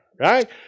right